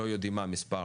לא יודעים מה המספר